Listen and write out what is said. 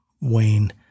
Wayne